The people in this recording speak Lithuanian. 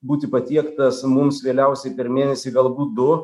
būti patiektas mums vėliausiai per mėnesį galbūt du